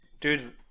Dude